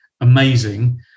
amazing